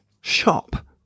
shop